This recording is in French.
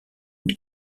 une